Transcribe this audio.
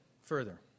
further